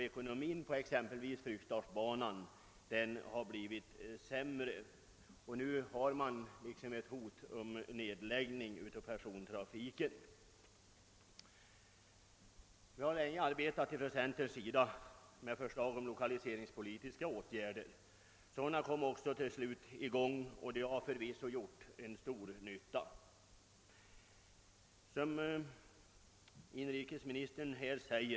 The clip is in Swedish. Ekonomin för exempelvis Fryksdalsbanan har blivit sämre, och det föreligger ett hot om nedläggning av persontrafiken. Vi inom centern har länge arbetat med förslag om lokaliseringspolitiska åtgärder. Sådana åtgärder kom slutligen också till stånd, och de har förvisso gjort stor nytta. Som inrikesministern säger har.